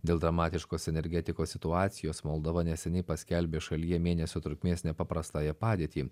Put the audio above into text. dėl dramatiškos energetikos situacijos moldova neseniai paskelbė šalyje mėnesio trukmės nepaprastąją padėtį